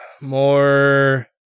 more